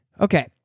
Okay